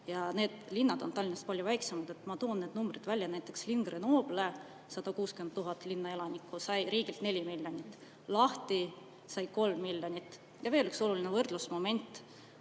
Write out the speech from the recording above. ja need linnad on Tallinnast palju väiksemad –, ma toon need numbrid välja. Grenoble, kus on 160 000 linnaelanikku, sai riigilt 4 miljonit, Lahti sai 3 miljonit. Ja veel üks oluline võrdlusmoment: